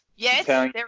Yes